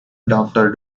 doctor